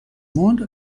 موند